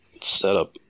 setup